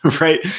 right